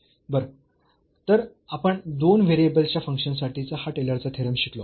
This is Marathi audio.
बरं तर आपण दोन व्हेरिएबल्सच्या फंक्शन साठीचा हा टेलरचा थेरम शिकलो आहोत